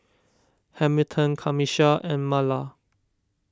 Hamilton Camisha and Marla